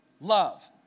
love